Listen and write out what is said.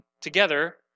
together